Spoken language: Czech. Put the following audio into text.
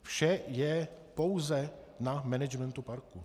Vše je pouze na managementu parku.